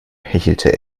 hechelte